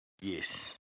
Yes